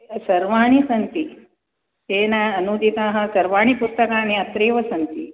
सर्वाणि सन्ति तेन अनूदिताः सर्वाणि पुस्तकानि अत्रैव सन्ति